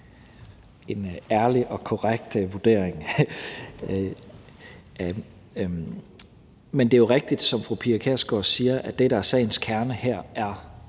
en ærlig og korrekt vurdering. Men det er jo rigtigt, som fru Pia Kjærsgaard siger, at det, der er sagens kerne her, er